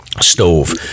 stove